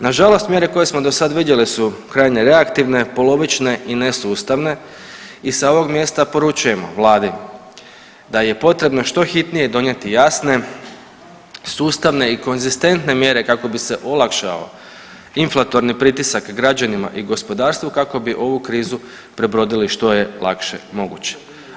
Nažalost mjere koje smo do sad vidjeli su krajnje reaktivne, polovične i ne sustavne i sa ovog mjesta poručujem vladi da je potrebno što je hitnije donijeti jasne, sustavne i konzistentne mjere kako bi se olakšao inflatorni pritisak građanima i gospodarstvu kako bi ovu krizu prebrodili što je lakše moguće.